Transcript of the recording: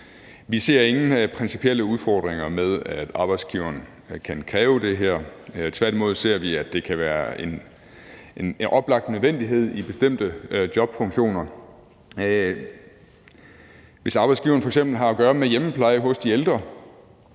Vi ser ingen principielle udfordringer med, at arbejdsgiveren kan kræve det her. Tværtimod ser vi det sådan, at det kan være en oplagt nødvendighed i bestemte funktioner. Hvis arbejdsgiveren f.eks. har at gøre med hjemmeplejen hos de ældre,